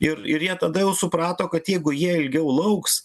ir ir jie tada jau suprato kad jeigu jie ilgiau lauks